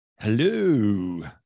Hello